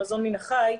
מזון מן החי,